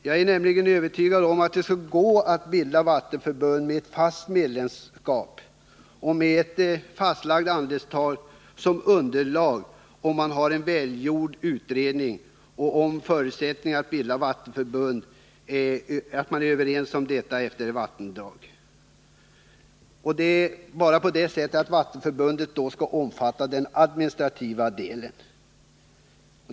Jag är nämligen övertygad om att det skulle gå att bilda vattenförbund med fast medlemskap och med ett fastlagt andelstal som underlag, om man har en välgjord utredning och om man är överens om förutsättningarna för att bilda vattenförbund utefter vattendrag. Vattenförbundet kan då omfatta den administrativa delen.